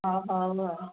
ହଉ ହଉ ଆଉ